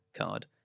card